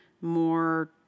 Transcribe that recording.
more